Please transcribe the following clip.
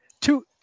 two